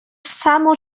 samo